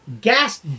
Gas